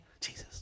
Jesus